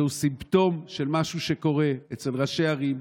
זהו סימפטום של משהו שקורה אצל ראשי ערים,